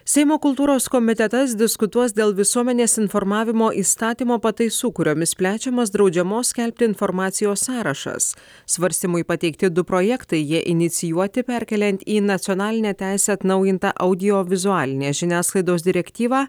seimo kultūros komitetas diskutuos dėl visuomenės informavimo įstatymo pataisų kuriomis plečiamas draudžiamos skelbti informacijos sąrašas svarstymui pateikti du projektai jie inicijuoti perkeliant į nacionalinę teisę atnaujintą audiovizualinės žiniasklaidos direktyvą